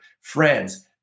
friends